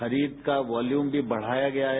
खरीद का वॉल्यूम भी बढ़ाया गया है